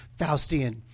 Faustian